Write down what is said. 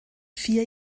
vier